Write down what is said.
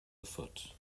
afoot